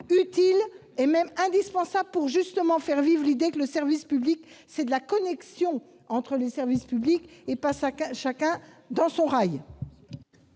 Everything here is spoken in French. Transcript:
utile et même indispensable pour faire vivre l'idée que le service public, justement, c'est de la connexion entre les services publics, et pas chacun sur son rail